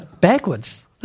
Backwards